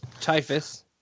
typhus